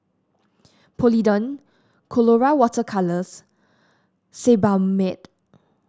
Polident Colora Water Colours Sebamed